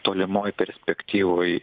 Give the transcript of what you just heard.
tolimoj perspektyvoj